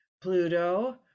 Pluto